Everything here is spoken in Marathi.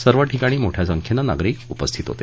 सर्व ठिकाणी मोठ्या संख्येनं नागरिक उपस्थित होते